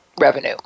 revenue